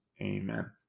Amen